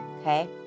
Okay